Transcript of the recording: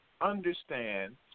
understand